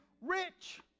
rich